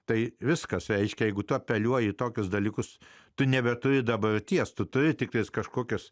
tai viskas reiškia jeigu tu apeliuoji į tokius dalykus tu nebeturi dabarties tu turi tiktai kažkokius